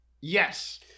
Yes